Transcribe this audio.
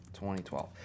2012